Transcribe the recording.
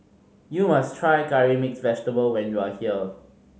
you must try Curry Mixed Vegetable when you are here